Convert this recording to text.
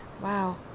wow